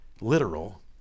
literal